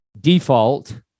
default